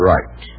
Right